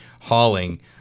hauling